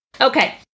Okay